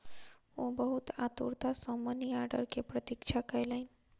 ओ बहुत आतुरता सॅ मनी आर्डर के प्रतीक्षा कयलैन